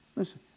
Listen